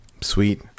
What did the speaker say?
Sweet